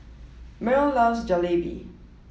Myrl loves Jalebi